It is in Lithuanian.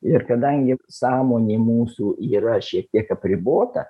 ir kadangi sąmonė mūsų yra šiek tiek apribota